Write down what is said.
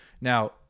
Now